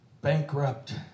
bankrupt